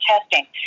testing